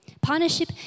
Partnership